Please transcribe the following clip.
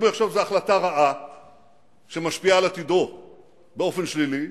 אם הוא יחשוב שזו החלטה רעה שמשפיעה על עתידו באופן שלילי,